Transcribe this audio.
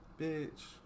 bitch